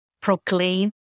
proclaim